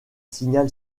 signal